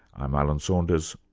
i'm alan saunders,